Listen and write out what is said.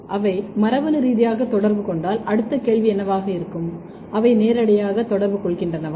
அவை மரபணு ரீதியாக தொடர்பு கொண்டால் அடுத்த கேள்வி என்னவாக இருக்கும் அவை நேரடியாக தொடர்பு கொள்கின்றனவா